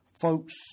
folks